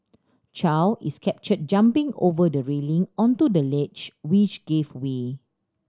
Chow is captured jumping over the railing onto the ledge which gave way